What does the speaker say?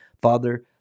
Father